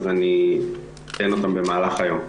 אני אתן אותן במהלך היום.